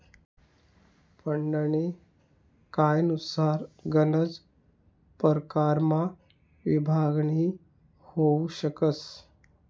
फंडनी कायनुसार गनच परकारमा विभागणी होउ शकस